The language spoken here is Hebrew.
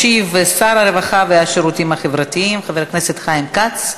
ישיב שר הרווחה והשירותים החברתיים חבר הכנסת חיים כץ.